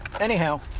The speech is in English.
anyhow